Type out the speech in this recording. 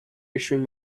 issuing